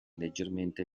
leggermente